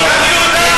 תודה רבה.